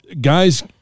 guys